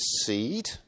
seed